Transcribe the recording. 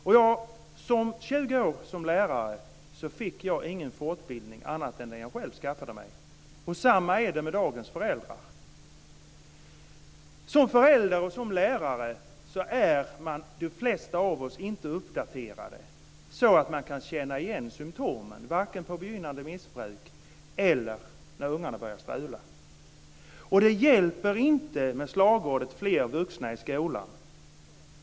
Under 20 år som lärare fick jag ingen fortbildning annat än när jag själv skaffade mig den, och det är samma för dagens föräldrar. Som föräldrar och som lärare är de flesta av oss inte uppdaterade så att vi kan känna igen symtomen, varken på begynnande missbruk eller när ungdomarna börjar strula. Det hjälper inte med slagordet "fler vuxna i skolan".